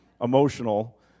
emotional